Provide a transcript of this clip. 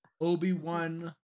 Obi-Wan